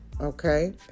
Okay